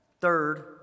Third